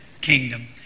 kingdom